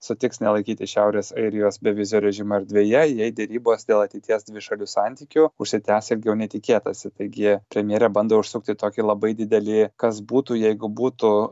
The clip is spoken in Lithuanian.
sutiks nelaikyti šiaurės airijos bevizio režimo erdvėje jei derybos dėl ateities dvišalių santykių užsitęs ilgiau nei tikėtasi taigi premjerė bando išsukti tokį labai dideli kas būtų jeigu būtų